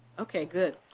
okay, good.